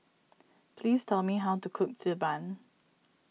please tell me how to cook Xi Ban